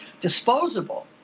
disposable